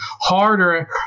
harder